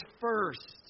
first